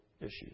issues